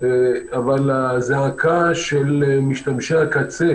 אבל הזעקה של משתמשי הקצה